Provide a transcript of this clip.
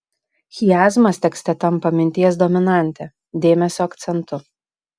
chiazmas tekste tampa minties dominante dėmesio akcentu